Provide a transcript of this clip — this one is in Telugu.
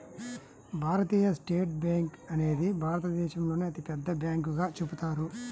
భారతీయ స్టేట్ బ్యేంకు అనేది భారతదేశంలోనే అతిపెద్ద బ్యాంకుగా చెబుతారు